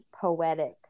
poetic